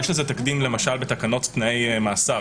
יש לזה תקדים למשל בתקנות תנאי מאסר,